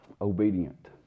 obedient